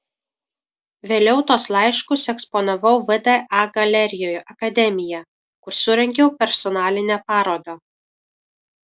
vėliau tuos laiškus eksponavau vda galerijoje akademija kur surengiau personalinę parodą